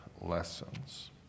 lessons